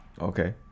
Okay